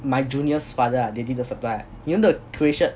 my junior's father ah they did the supply ah you know the grey shirt